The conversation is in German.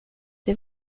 der